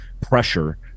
pressure